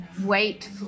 wait